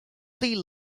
sea